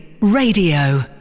Radio